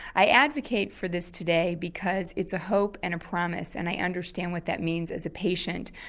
i advocate for this today because it's a hope and a promise and i understand what that means as a patient.